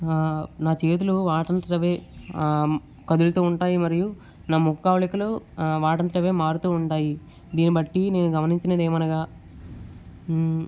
ఆ నా చేతిలో వాటంతట అవే కదులుతూ ఉంటాయి మరియు నా ముఖ కవళికలు వాటంతట అవే మారుతూ ఉంటాయి దీన్ని బట్టి నేను గమనించింది ఏమనగా